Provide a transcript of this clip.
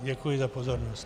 Děkuji za pozornost.